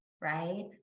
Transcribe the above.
right